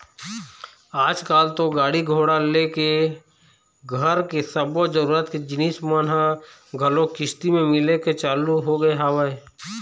आजकल तो गाड़ी घोड़ा ले लेके घर के सब्बो जरुरत के जिनिस मन ह घलोक किस्ती म मिले के चालू होगे हवय